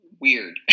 Weird